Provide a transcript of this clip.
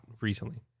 recently